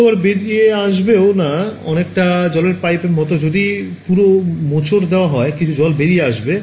কিছু আবার বেরিয়ে আসবেও না অনেকটা জলের পাইপের মত যদি পুরো মোচড় দেওয়া হয় কিছু জল বাইরে বেরিয়ে আসবে